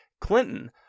Clinton